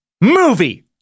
movie